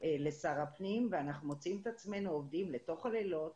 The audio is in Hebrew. לשר הפנים ואנחנו מוצאים את עצמנו עובדים לתוך הלילות